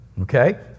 okay